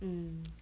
mm